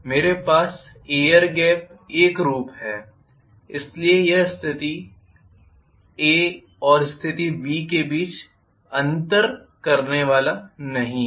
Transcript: मेरे पास air gap एकरूप है इसलिए यह स्थिति A और स्थिति B के बीच अंतर करने वाला नहीं है